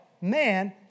man